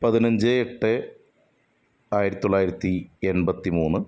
പതിനഞ്ച് എട്ട് ആയിരത്തി തൊള്ളായിരത്തി എണ്പത്തി മൂന്ന്